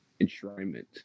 enshrinement